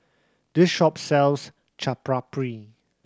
this shop sells Chaat Papri